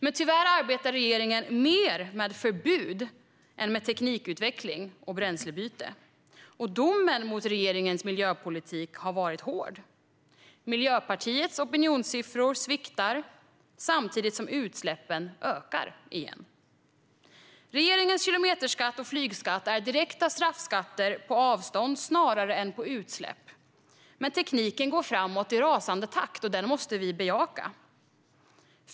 Men tyvärr arbetar regeringen mer med förbud än med teknikutveckling och bränslebyte. Domen mot regeringens miljöpolitik har varit hård. Miljöpartiets opinionssiffror sviktar samtidigt som utsläppen ökar igen. Regeringens kilometerskatt och flygskatt är direkta straffskatter på avstånd snarare än på utsläpp. Men tekniken går framåt i rasande takt, och den måste vi bejaka.